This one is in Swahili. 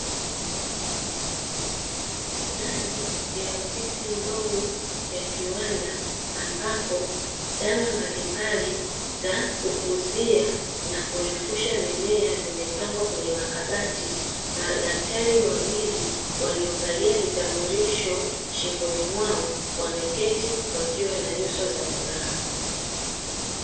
Ndani ya ofisi ndogo ya kiwanda ambapo dawa mbalimbali za kukuzia na kurefusha mimea zimepangwa kwenye makabati, madaktari wawili waliovalia vitambulisho shingoni mwao wameketi wakiwa na nyuso za furaha.